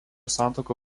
santuoka